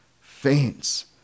faints